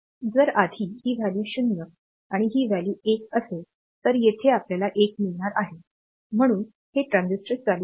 जर आधी ही व्हॅल्यू 0 आणि ही व्हॅल्यू 1 असेल तर येथे आपल्याला 1 मिळणार आहे म्हणून हे ट्रान्झिस्टर चालू आहे